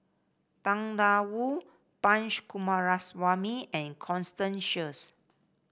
Tang Da Wu Coomaraswamy and Constance Sheares